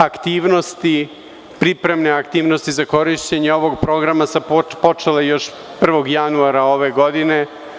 Aktivnosti, pripremne aktivnosti za korišćenje ovog programa su počela još 1. januara ove godine.